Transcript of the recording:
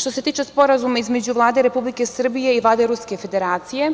Što se tiče Sporazuma između Vlade Republike Srbije i Vlade Ruske Federacije